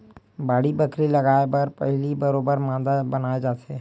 बाड़ी बखरी लगाय बर पहिली बरोबर मांदा बनाए जाथे